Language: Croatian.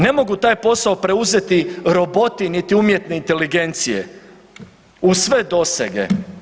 Ne mogu taj posao preuzeti roboti niti umjetne inteligencije uz sve dosege.